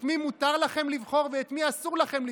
את מי מותר לכם לבחור ואת מי אסור לכם לבחור?